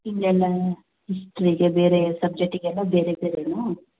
ಇಲ್ಲೆಲ್ಲ ಹಿಸ್ಟ್ರಿಗೆ ಬೇರೆ ಸಬ್ಜೆಕ್ಟಿಗೆಲ್ಲ ಬೇರೆ ಬೇರೆನಾ